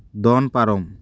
ᱫᱚᱱ ᱯᱟᱨᱚᱢ